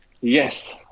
Yes